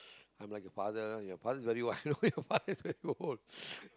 I'm like your father your father is very old I know your father is very old